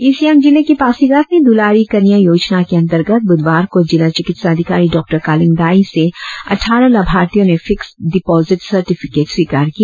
east Siang जिले के पासीघाट में द्रलारी कन्या योजना के अंर्तगत ब्रधवार को जिला चिकित्सा अधिकारी डॉ कालींग दाई से अट्ठारह लाभार्थियों ने फीक्स डिपोजिट सर्टिफिकेट स्वीकार किया